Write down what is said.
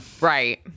Right